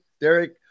Derek